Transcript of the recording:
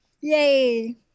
Yay